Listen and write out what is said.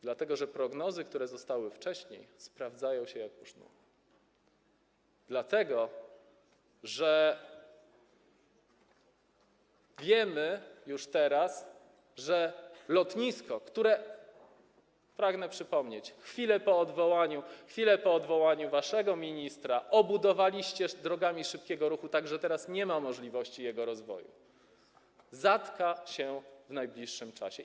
Dlatego, że prognozy, które zostały wcześniej opracowane, sprawdzają się, dlatego że wiemy już teraz, że lotnisko, które - pragnę przypomnieć - chwilę po odwołaniu waszego ministra obudowaliście drogami szybkiego ruchu tak, że teraz nie ma możliwości jego rozwoju, zatka się w najbliższym czasie.